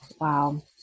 wow